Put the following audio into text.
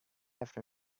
after